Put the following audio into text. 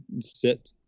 sit